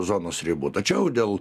zonos ribų tačiau dėl